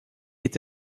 est